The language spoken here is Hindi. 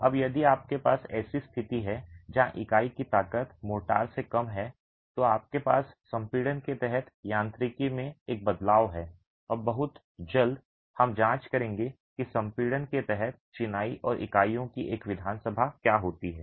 अब यदि आपके पास ऐसी स्थिति है जहां इकाई की ताकत मोर्टार से कम है तो आपके पास संपीड़न के तहत यांत्रिकी में एक बदलाव है और बहुत जल्द हम जांच करेंगे कि संपीड़न के तहत चिनाई और इकाइयों की एक विधानसभा क्या होती है